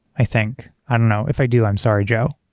i think. i don't know. if i do, i'm sorry, joe.